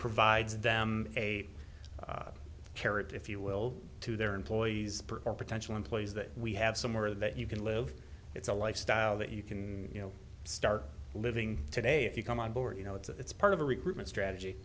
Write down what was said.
provides them a carrot if you will to their employees or potential employees that we have somewhere that you can live it's a lifestyle that you can you know start living today if you come on board you know it's part of the recruitment strategy